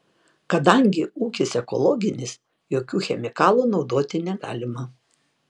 kadangi ūkis ekologinis jokių chemikalų naudoti negalima